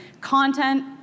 Content